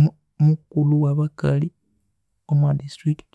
mu- mukulhu wabakalhi omwa district.